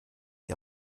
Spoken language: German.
die